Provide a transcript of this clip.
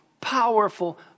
powerful